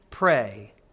Pray